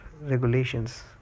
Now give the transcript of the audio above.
regulations